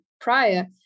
prior